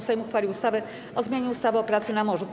Sejm uchwalił ustawę o zmianie ustawy o pracy na morzu.